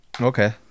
Okay